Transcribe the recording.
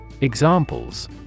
Examples